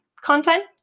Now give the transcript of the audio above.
content